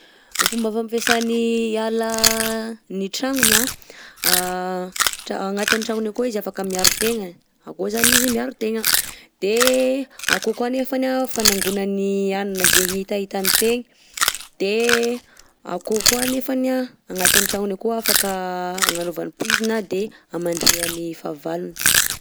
Ny fomba fampiasan'ny hala ny tragnony anh agnatin'ny tragnony akao izy afaka miaro tegnany, akao zany izy miaro tegna, de akao koa anefany fanangonany hanina zay hitahitany teny, de akao koa anefany anh agnatign'ny tragnony ao koa afaka agnanovany poizina de amandrihany fahavalony.